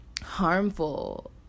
harmful